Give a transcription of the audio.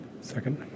Second